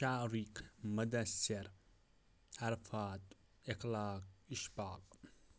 Shariq Mudasir Arafat Akhlaq Ishfaq